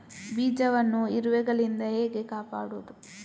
ಬೀಜವನ್ನು ಇರುವೆಗಳಿಂದ ಹೇಗೆ ಕಾಪಾಡುವುದು?